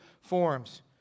forms